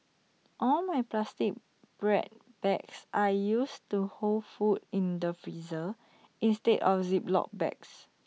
all my plastic bread bags are used to hold food in the freezer instead of Ziploc bags